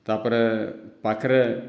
ତା'ପରେ ପାଖରେ